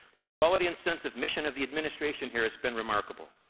the quality and sense of mission of the administration here has been remarkable.